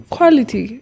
Quality